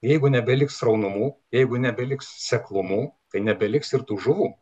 jeigu nebeliks sraunumų jeigu nebeliks seklumų tai nebeliks ir tų žuvų